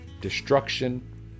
destruction